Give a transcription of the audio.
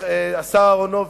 השר אהרונוביץ,